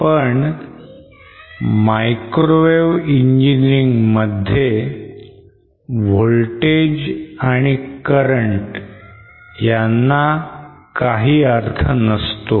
पण microwave engineering मध्ये voltage आणि current ला काही अर्थ नसतो